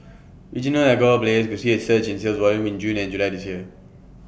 regional alcohol players could see A surge in sales volumes in June and July this year